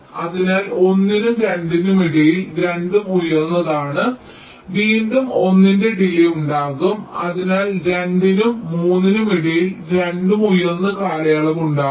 അതിനാൽ 1 നും 2 നും ഇടയിൽ രണ്ടും ഉയർന്നതാണ് അതിനാൽ വീണ്ടും 1 ന്റെ ഡിലേയ് ഉണ്ടാകും അതിനാൽ 2 നും 3 നും ഇടയിൽ രണ്ടും ഉയർന്ന കാലയളവ് ഉണ്ടാകും